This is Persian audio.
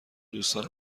دوستان